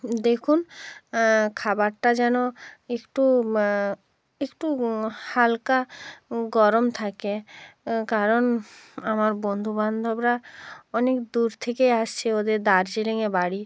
দেখুন খাবারটা যেন একটু একটু হালকা গরম থাকে কারণ আমার বন্ধু বান্ধবরা অনেক দূর থেকে আসছে ওদের দার্জিলিংয়ে বাড়ি